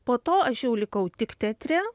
po to aš jau likau tik teatre